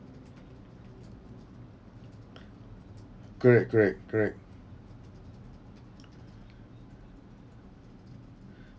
correct correct correct